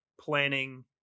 planning